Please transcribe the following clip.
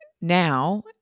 now